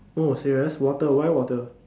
oh serious water why water